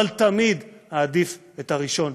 אבל תמיד, אעדיף את הראשון.